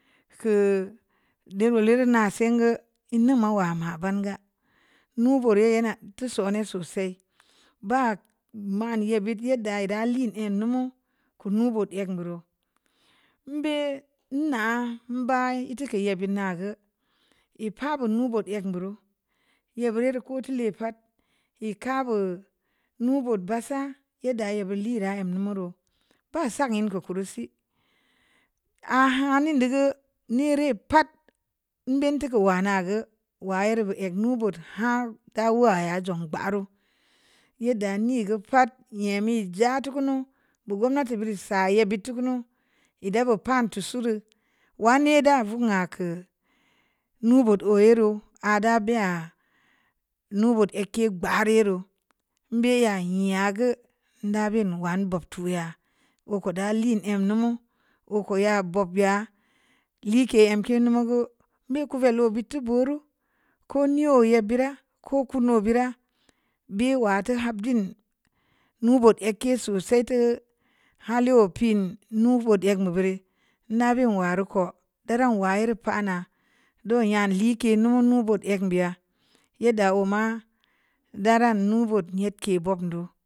Fia'a dō bulun na sengə nne ma wa ma ranga nu burē na teē so ne' sosai ba manē yēbi yēdə da lein lm numu mō vuut eg bureu mbē nna' mba'e te kə ye bi na gə ye pa bunu vot ngə buru yē bērēu kə te'le pa'at ii ka gə mu bud ba'a sa yēddə ye bē lina amni mu reu ba sanii gə bureu si a'a ha nin da gə nii ri pa'at mbē tuku wa na gə wa reu bōo eg nu bōot ha da waya jung ba reu yeddə ni gə pa'at yemi ja tukunu bōo bun gomnati bur sa ii bii tu kunu ē da gə pantu sureu wanii də vaō ma kə nu bud ō ē reu ada bi'a nu bud nk'e'a ba rēreu mbē nyah nnya gə da ban wa bah tu ya okōo da lin əm nne mu okōo ya bu'ak ya le'ke əm ki num gə me' kō valu'ē bē tō bureu ko ni 'o' bē ra ko kunu bēra bii wa tō har be'n nu bōt a kii sosai tu'a hali'a'a piin nu vōo a bire' na bun wa reu kō da ran wa ye reu pana dōn ya lēke nu nu bōōt ek bi'a yeddə o' ma da ra nu vaō nne kēt bun do'o'.